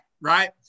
right